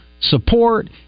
support